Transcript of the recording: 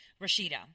Rashida